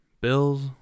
Bills